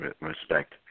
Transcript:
respect